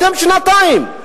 אתם, שנתיים.